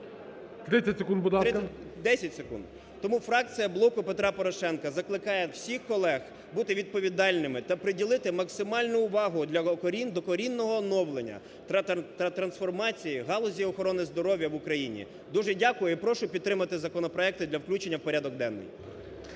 30 секунд, будь ласка. БЕРЕЗЕНКО С.І. Десять секунд. Тому фракція "Блоку Петра Порошенка" закликає всіх колег бути відповідальними та приділити максимальну увагу для докорінного оновлення та трансформації галузі охорони здоров'я в Україні. Дуже дякую і прошу підтримати законопроекти для включення в порядок денний.